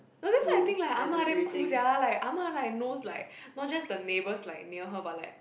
you know that's why I think like Ah-Ma damn cool sia like Ah-Ma like knows like not just the neighbours like near her but like